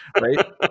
right